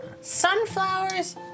sunflowers